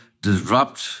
disrupt